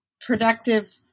productive